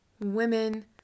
women